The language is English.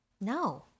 No